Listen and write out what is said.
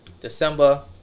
December